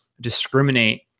discriminate